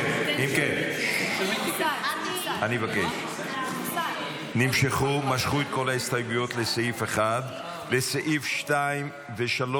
יולי 2026. משכו את כל ההסתייגויות לסעיף 1. לסעיף 2 ו-3